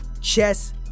Chess